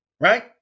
right